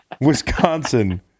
Wisconsin